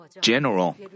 general